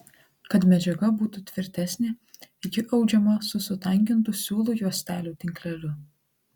kad medžiaga būtų tvirtesnė ji audžiama su sutankintu siūlų juostelių tinkleliu